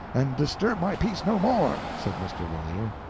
and disturb my peace no more, said mr. valeer.